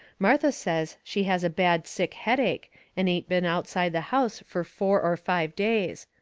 martha says she has a bad sick headache and ain't been outside the house fur four or five days.